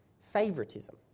favoritism